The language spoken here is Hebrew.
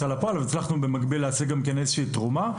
בפועל והצלחנו במקביל להשיג גם תרומה.